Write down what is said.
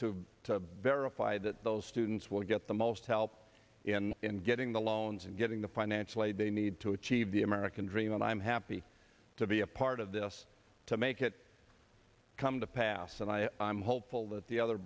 to to verify that those students will get the most help in getting the loans and getting the financial aid they need to achieve the american dream and i'm happy to be a part of this to make it come to pass and i'm hopeful that the other